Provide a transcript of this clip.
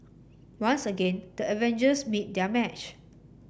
once again the Avengers meet their match